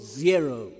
zero